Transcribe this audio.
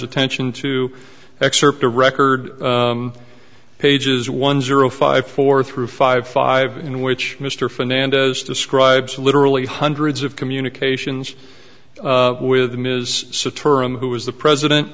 attention to excerpt the record pages one zero five four through five five in which mr fernandez describes literally hundreds of communications with ms satoru who is the president